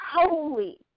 holy